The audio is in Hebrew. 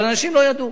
אבל האנשים לא ידעו.